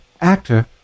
actor